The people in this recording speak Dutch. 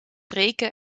reken